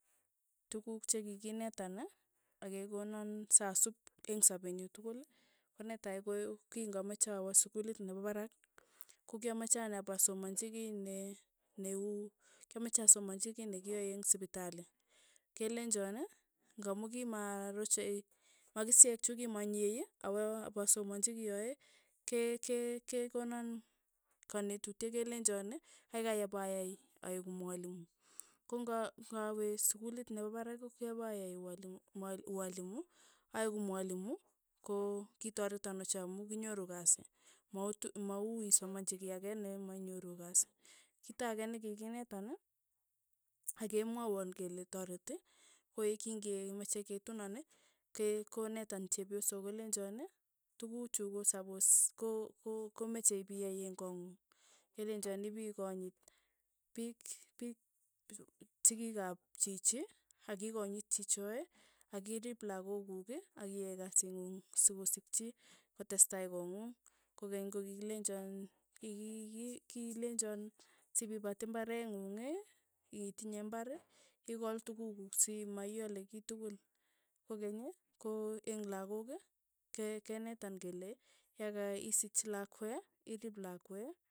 Tukuk che kikinetan akekonan sasup eng' sapee nyu tukul, ko netai ko king'amache awa sukulit nepa parak, ko kyamache ane ipasomanchi kei ne neuu kyamache asomanchi kei nekiae eng' sipitali, kelenchoon ii, ng'amu kimaa roche makishek chuk kimanyie, ako pasomachi kiyoe, ke- ke- kekonaan kanetutik kelenjon, keikei ipayai aeku mwalimu, kong'a ng'awe sukulit nepo parak, ko kyapayai uwalimu mwa ualimu aeku mwalimu ko kitoreton ochei amu kinyoru kasi, mau t mau isomanchi kei ake ne mainyoru kasi, kito ake nekikinetan, akemwaiywo kele toreti ko ye king'emache ketunon. ke konetan chepyosok kolenchon ii tukukchu ko sapos ko- ko komeche piyai eng' koong'ung, kelenchon ipi konyit piik piik chikik ap chichi, akikanyit chichoe, akirip lakok kuuk, akiyai kasit ng'ung sokosikchi kotestai kong'ung kokeny kokikilenchon sipipat imaret ng'ungi, itinye imbar, ikol tukuk kuk simaiale kitukul, kokeny i, ko eng' lakok ke- kenatan kele yekaisich lakwe irip lakwe.